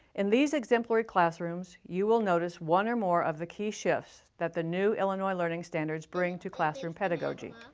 in these exemplary classrooms, you will notice one or more of the key shifts that the new illinois learning standards bring to classroom pedagogy.